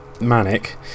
manic